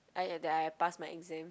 I that I pass my exam